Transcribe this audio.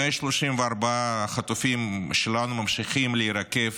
134 חטופים שלנו ממשיכים להירקב